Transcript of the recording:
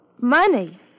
Money